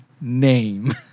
name